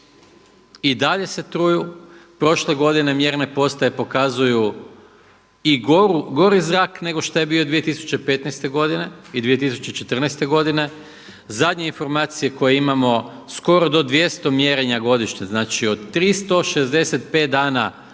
I dalje se truju. Prošle godine mjerne postaje pokazuju i gori zrak nego što je bio 2015. godine i 2014. godine. Zadnje informacije koje imamo, skoro do 200 mjerenja godišnje, znači od 365 dana u